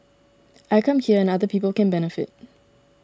I come here and other people can benefit